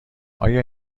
آیا